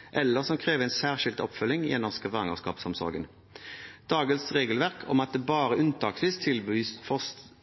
eller behandles, eller som krever en særskilt oppfølging gjennom svangerskapsomsorgen. Dagens regelverk om at det bare unntaksvis tilbys